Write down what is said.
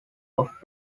off